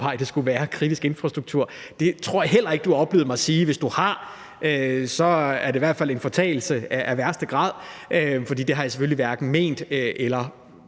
skulle være kritisk infrastruktur – det tror jeg heller ikke du har oplevet mig sige. Hvis du har, er det i hvert fald en fortalelse af værste grad, for det har jeg selvfølgelig hverken ment eller